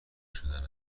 شدن